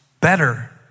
better